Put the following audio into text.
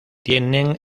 tienen